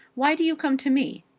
why do you come to me?